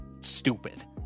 stupid